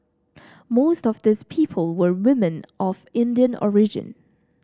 most of these people were women of Indian origin